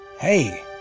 Hey